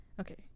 Okay